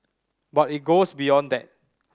but it goes beyond that